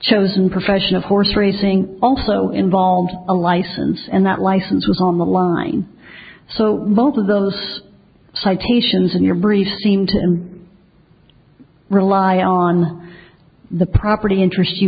chosen profession of horse racing also involves a license and that license was on the line so both of those citations in your brief seem to rely on the property interest you